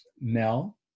Mel